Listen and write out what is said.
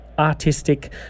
artistic